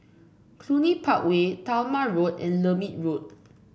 Cluny Park Way Talma Road and Lermit Road